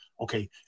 okay